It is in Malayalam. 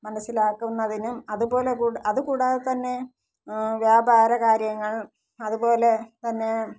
മനസ്സിലാക്കുന്നതിനും അതുപോലെ അതു കൂടാതെതന്നെ വ്യാപാര കാര്യങ്ങൾ അതുപോലെ തന്നെ